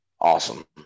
awesome